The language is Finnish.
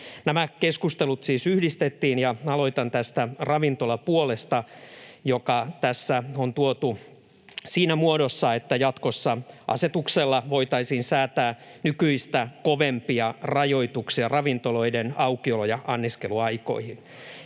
Nämä keskustelut siis yhdistettiin, ja aloitan tästä ravintolapuolesta, joka tässä on tuotu siinä muodossa, että jatkossa asetuksella voitaisiin säätää nykyistä kovempia rajoituksia ravintoloiden aukiolo- ja anniskeluaikoihin.